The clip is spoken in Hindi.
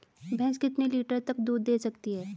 भैंस कितने लीटर तक दूध दे सकती है?